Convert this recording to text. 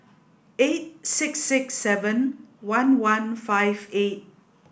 eight six six seven one one five eight